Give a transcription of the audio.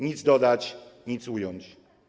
Nic dodać, nic ująć.